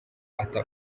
ata